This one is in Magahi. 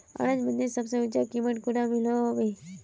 अनाज मंडीत सबसे ऊँचा कीमत कुंडा मिलोहो होबे?